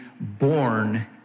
born